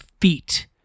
feet